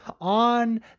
on